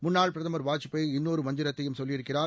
முன்னாள் பிரதமர் வாஜ்பாய் இன்னொரு மந்திரத்தையும் சொல்லி இருக்கிறார்